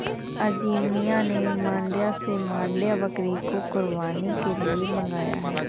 अजीम मियां ने मांड्या से मांड्या बकरी को कुर्बानी के लिए मंगाया है